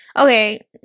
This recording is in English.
Okay